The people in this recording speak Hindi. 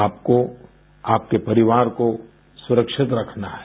आपको आपके परिवार को सुरक्षित रखना है